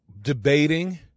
debating